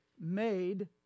made